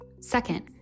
Second